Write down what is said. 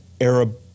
Arab